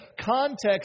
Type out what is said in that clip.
context